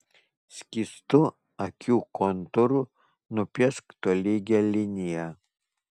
skystu akių kontūru nupiešk tolygią liniją